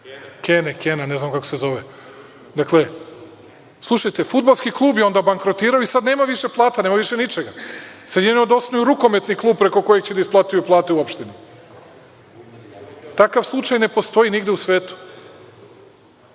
Kena, ne znam kako se zove. Dakle, slušajte fudbalski klub je onda bankrotirao i sada nema više plata, nema više ničega. Sada jedino da osnuju rukometni klub preko kojih će da isplaćuju plate u opštini. Takav slučaj ne postoji nigde u svetu.U